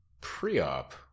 pre-op